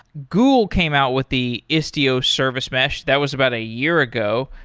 google came out with the istio service mesh. that was about a year ago.